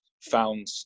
found